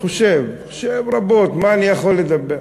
חושב, חושב רבות, מה אני יכול לדבר,